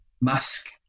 mask